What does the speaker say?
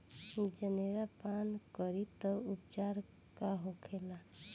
जनेरा पान करी तब उपचार का होखेला?